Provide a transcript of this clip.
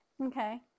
Okay